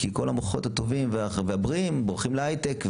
כי כל המוחות הטובים והבריאים בורחים להייטק,